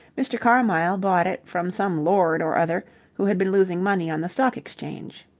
mr. carmyle bought it from some lord or other who had been losing money on the stock exchange.